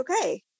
okay